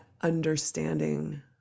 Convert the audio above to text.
understanding